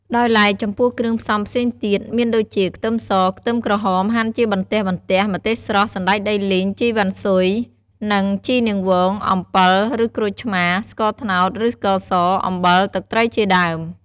ដោយឡែក ចំពោះគ្រឿងផ្សំផ្សេងទៀតមានដូចជា ខ្ទឹមស ខ្ទឹមក្រហមហាន់ជាបន្ទះៗ ម្ទេសស្រស់ សណ្តែកដីលីង ជីរវ៉ាន់ស៊ុយ និង ជីនាងវង អំពិលឬក្រូចឆ្មា ស្កត្នោតឬស្ករស អំបិល ទឹកត្រីជាដើម។